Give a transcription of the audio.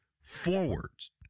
forwards